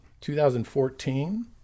2014